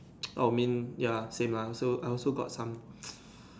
oh mean ya same lah so I also got some